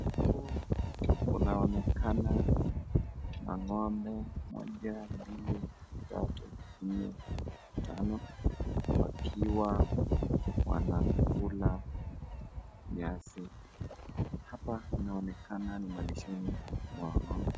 Huku kunaonekana mang'ombe moja, mbili, tatu, nne, tano wakiwa wanakula nyasi. Hapa inaonekana ni malishoni mwa ng'ombe.